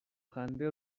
خنده